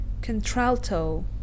Contralto